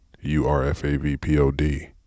U-R-F-A-V-P-O-D